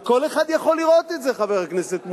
כל אחד יכול לראות את זה, חבר הכנסת מולה,